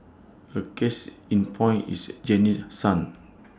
A case in point is Janice's son